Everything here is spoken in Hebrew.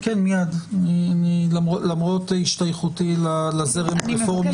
למרות השתייכותי לזרם הרפורמי,